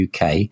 UK